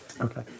Okay